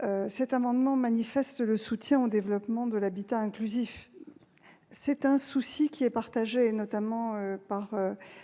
logements. Il manifeste le soutien au développement de l'habitat inclusif ; c'est un souci qui est partagé, notamment par